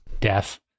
Death